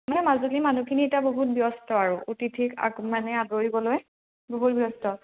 মানে মাজুলীৰ মানুহখিনি এতিয়া বহুত ব্যস্ত আৰু অতিথিক আগ মানে আদৰিবলৈ বহুত ব্যস্ত